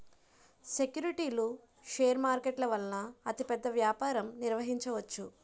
సెక్యూరిటీలు షేర్ మార్కెట్ల వలన అతిపెద్ద వ్యాపారం నిర్వహించవచ్చు